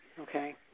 okay